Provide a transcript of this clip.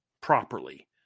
properly